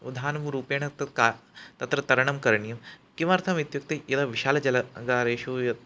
धानवरूपेण तत् का तत्र तरणं करणीयं किमर्थमित्युक्ते यदा विशालजलगारेषु यद्